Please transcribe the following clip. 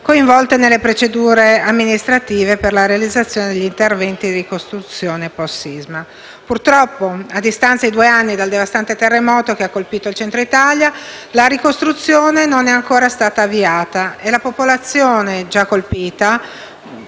coinvolte nelle procedure amministrative per la realizzazione degli interventi di ricostruzione post-sisma. Purtroppo, a distanza di due anni dal devastante terremoto che ha colpito il Centro Italia, la ricostruzione non è stata ancora avviata e la popolazione colpita,